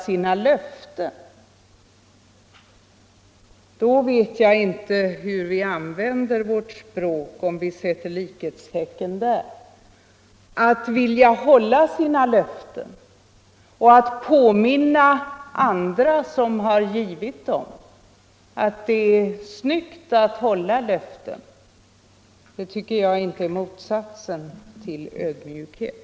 Jag vet inte hur vi använder vårt språk om vi sätter likhetstecken där. Att vilja hålla löften och att påminna andra, som också har gett dem, om att det är snyggt att hålla löften, tycker jag inte är motsatsen till ödmjukhet.